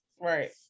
Right